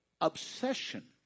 Obsession